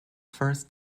first